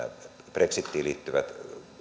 brexitiin liittyvät